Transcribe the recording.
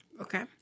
Okay